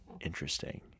Interesting